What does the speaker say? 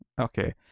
Okay